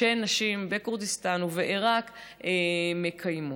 שנשים בכורדיסטן ובעיראק מקיימות.